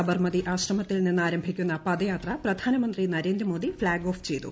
സബർമതി ആശ്രമത്തിൽ നിന്നാരംഭിക്കുന്ന പദയാത്ര പ്രധാനമന്ത്രി നരേന്ദ്രമോദി ഫ്ളാഗ് ഓഫ് ചെയ്തു